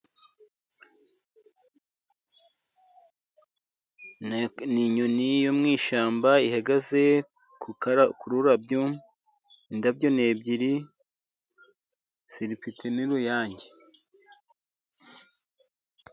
N'inyoni yo mu ishyamba ihagaze ku rurabyo, indabyo ni ebyiri zifite n'uruyange.